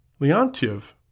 Leontiev